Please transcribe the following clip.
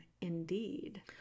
indeed